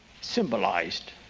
Symbolized